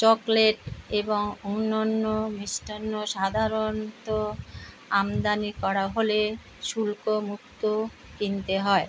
chocolate এবং অন্যান্য মিষ্টান্ন সাধারণত আমদানি করা হলে শুল্কমুক্ত কিনতে হয়